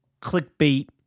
clickbait